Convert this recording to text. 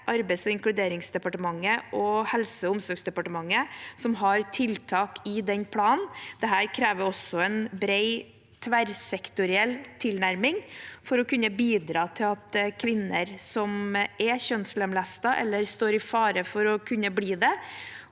Arbeids- og inkluderingsdepartementet og Helse- og omsorgsdepartementet har tiltak i den planen. Det krever en bred, tverrsektoriell tilnærming for å kunne bidra til at kvinner som er kjønnslemlestet, eller som står i fare for å kunne bli det,